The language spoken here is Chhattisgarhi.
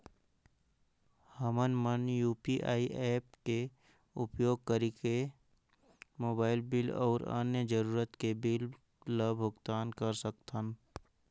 हमन मन यू.पी.आई ऐप्स के उपयोग करिके मोबाइल बिल अऊ अन्य जरूरत के बिल ल भुगतान कर सकथन